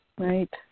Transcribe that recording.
right